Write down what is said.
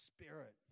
spirit